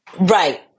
Right